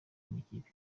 n’ikipe